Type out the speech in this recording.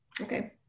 Okay